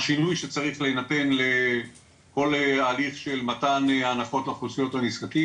השינוי שצריך להינתן לכל ההליך של מתן ההנחות לאוכלוסיות לנזקקים,